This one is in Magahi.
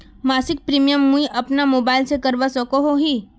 मासिक प्रीमियम मुई अपना मोबाईल से करवा सकोहो ही?